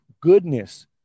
goodness